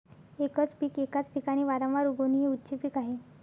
एकच पीक एकाच ठिकाणी वारंवार उगवणे हे उच्च पीक आहे